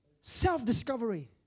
Self-discovery